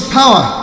power